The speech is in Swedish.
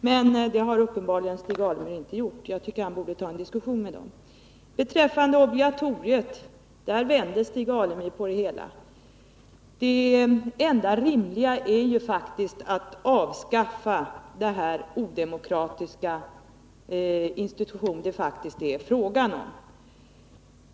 Men det har Stig Alemyr uppenbarligen inte gjort. Jag tycker han borde ta en diskussion där. Beträffande kårobligatoriet så vände Stig Alemyr på det hela. Det enda rimliga är faktiskt att avskaffa denna odemokratiska institution.